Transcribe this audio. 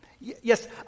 Yes